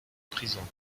prison